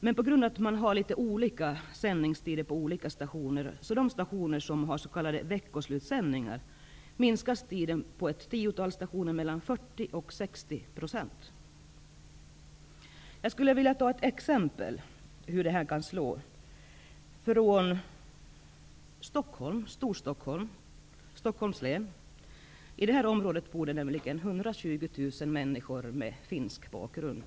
Men eftersom stationerna har litet olika sändningstider, minskas tiden på ett tiotal stationer som har s.k. Jag skall nämna ett exempel på hur detta kan slå. I människor med finsk bakgrund.